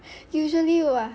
usually !wah!